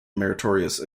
meritorious